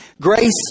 Grace